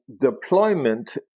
deployment